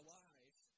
life